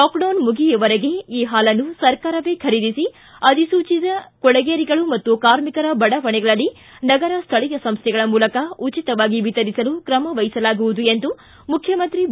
lockdown ಮುಗಿಯುವವರೆಗೆ ಈ ಹಾಲನ್ನು ಸರ್ಕಾರವೇ ಖರೀದಿಸಿ ಅಧಿಸೂಚಿಸಿದ ಕೊಳೆಗೇರಿಗಳು ಮತ್ತು ಕಾರ್ಮಿಕರ ಬಡಾವಣೆಗಳಲ್ಲಿ ನಗರ ಸ್ವಳೀಯ ಸಂಸ್ಥೆಗಳ ಮೂಲಕ ಉಚಿತವಾಗಿ ವಿತರಿಸಲು ಕ್ರಮ ವಹಿಸಲಾಗುವುದು ಎಂದು ಮುಖ್ಯಮಂತ್ರಿ ಬಿ